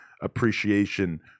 appreciation